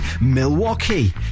Milwaukee